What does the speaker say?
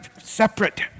separate